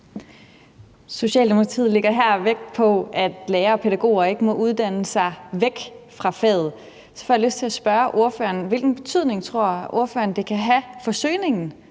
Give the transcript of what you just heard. Socialdemokratiet lægger her vægt på, at lærere og pædagoger ikke må uddanne sig væk fra faget. Så får jeg lyst til at spørge ordføreren, hvilken betydning ordføreren tror det kan have for,